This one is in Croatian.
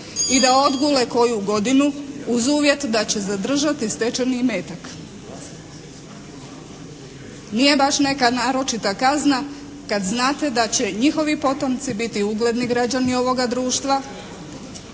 i da odgule koju godinu uz uvjet da će zadržati stečeni imetak. Nije baš neka naročita kazna kada znate da će njihovi potomci biti ugledni građani ovoga društva